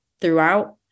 throughout